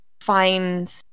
find